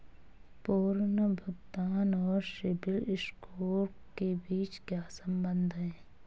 पुनर्भुगतान और CIBIL score के बीच क्या संबंध है?